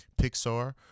Pixar